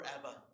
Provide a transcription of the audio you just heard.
forever